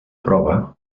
prova